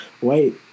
Wait